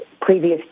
previous